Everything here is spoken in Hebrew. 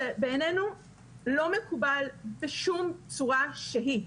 זה בעינינו לא מקובל בשום צורה שהיא.